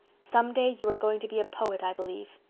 some day you are going to be a poet, i believe.